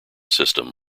system